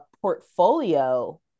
portfolio